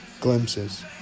Glimpses